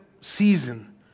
season